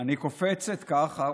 אני קופצת ככה,